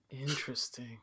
Interesting